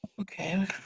Okay